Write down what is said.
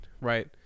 right